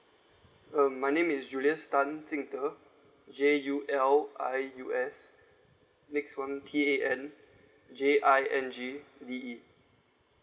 um my name is julius tan jing de J U L I U S next one T A N J I N G D E